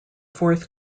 fourth